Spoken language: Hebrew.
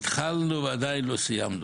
התחלנו ועדיין לא סיימנו.